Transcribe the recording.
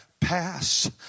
pass